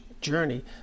journey